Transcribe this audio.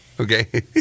okay